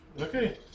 Okay